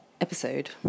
episode